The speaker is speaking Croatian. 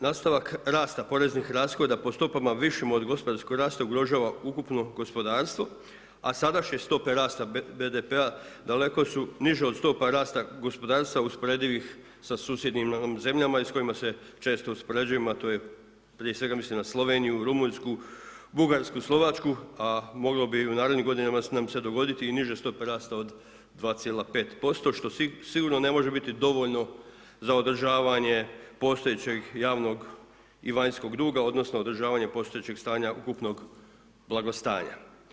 Nastavak rasta poreznih rashoda po stopama višim od gospodarskog rasta ugrožava ukupno gospodarstvo, a sadašnje stope rasta BDP-a daleko su niže od stopa rasta gospodarstva usporedivih sa susjednim nam zemljama i s kojima se često uspoređujemo, a to je, prije svega, mislim na Sloveniju, Rumunjsku, Bugarsku, Slovačku, a moglo bi u narednim godinama nam se dogoditi i niže stope rasta od 2,5%, što sigurno ne može biti dovoljno za održavanje postojećeg javnog i vanjskog duga odnosno održavanje postojećeg stanja ukupnog blagostanja.